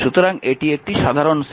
সুতরাং এটি একটি সাধারণ সার্কিট